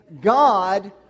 god